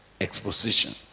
exposition